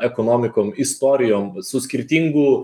ekonomikom istorijom su skirtingų